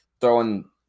throwing